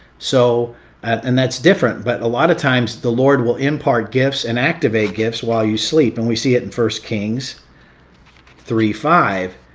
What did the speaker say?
so and that's different, but a lot of times the lord will impart gifts and activate gifts while you sleep. and we see it in first kings three five.